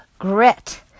grit